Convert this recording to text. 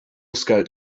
scout